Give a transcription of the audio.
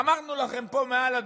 אמרנו לכם פה מעל הדוכן,